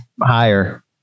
higher